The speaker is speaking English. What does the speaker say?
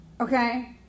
Okay